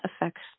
affects